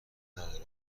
ندارد